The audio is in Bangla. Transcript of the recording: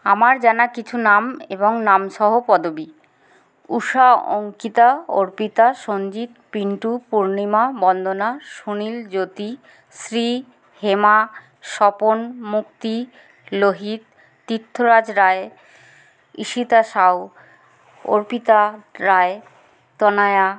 আমার জানা কিছু নাম এবং নামসহ পদবী ঊষা অঙ্কিতা অর্পিতা সঞ্জিত পিন্টু পূর্ণিমা বন্দনা সুনীল জ্যোতি শ্রী হেমা স্বপন মুক্তি লোহিত তীর্থরাজ রায় ঈশিতা সাউ অর্পিতা রায় তনয়া